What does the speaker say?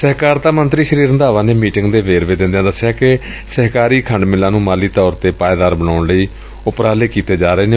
ਸਹਿਕਾਰਤਾ ਮੰਤਰੀ ਸ੍ਰੀ ਰੰਧਾਵਾ ਨੇ ਮੀਟਿੰਗ ਦੇ ਵੇਰਵੇ ਦਿੰਦਿਆਂ ਦਸਿਆ ਕਿ ਸਹਿਕਾਰੀ ਖੰਡ ਮਿੱਲਾਂ ਨੂੰ ਮਾਲੀ ਤੌਰ ਤੇ ਪਾਏਦਾਰ ਬਣਾਉਣ ਲਈ ਉਪਰਾਲੇ ਕੀਤੇ ਜਾ ਰਹੇ ਨੇ